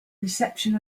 reception